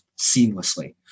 seamlessly